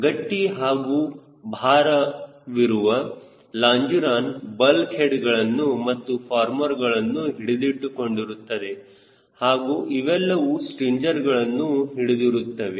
ಗಟ್ಟಿ ಹಾಗೂ ಭಾರವಾಗಿರುವ ಲಾಂಜಿರೋನ ಬಲ್ಕ್ ಹೆಡ್ಗಳನ್ನು ಮತ್ತು ಫಾರ್ಮರ್ಗಳನ್ನು ಹಿಡಿದಿಟ್ಟುಕೊಂಡಿರುತ್ತದೆ ಹಾಗೂ ಇವೆಲ್ಲವೂ ಸ್ಟ್ರಿಂಜರ್ಗಳನ್ನು ಹಿಡಿದಿರುತ್ತವೆ